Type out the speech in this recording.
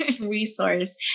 resource